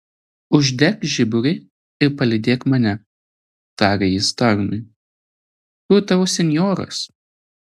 uždek žiburį ir palydėk mane tarė jis tarnui kur tavo senjoras